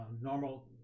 normal